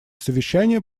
совещания